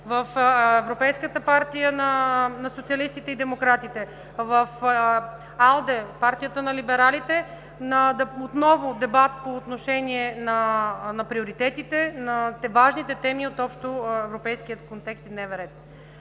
в Европейската партия на социалистите и демократите, в АЛДЕ – партията на либералите, отново дебат по отношение на приоритетите, на важните теми от общоевропейския контекст и дневен ред.